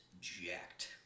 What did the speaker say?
jacked